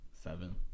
seven